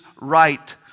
right